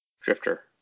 Drifter